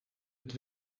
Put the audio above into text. het